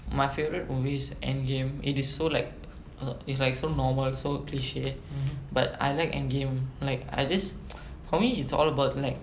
my favourite movie is endgame it is so like err is like so normal so cliche but I like endgame like I just for me it's all about like